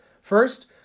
First